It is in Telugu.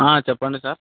చెప్పండి సార్